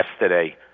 yesterday